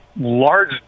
large